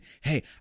Hey